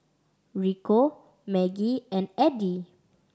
Rico Maggie and Addie